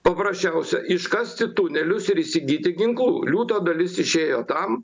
paprasčiausia iškasti tunelius ir įsigyti ginklų liūto dalis išėjo tam